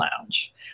lounge